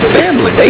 family